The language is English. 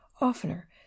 oftener